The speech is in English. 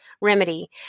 remedy